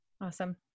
Awesome